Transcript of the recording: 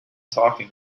talking